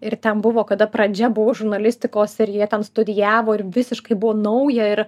ir ten buvo kada pradžia buvo žurnalistikos ir ji ten studijavo ir visiškai buvo nauja ir